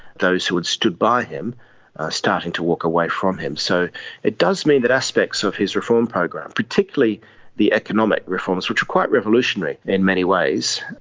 those who had stood by him started to walk away from him. so it does mean that aspects of his reform program, particularly the economic reforms, which were quite revolutionary in many ways,